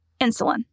insulin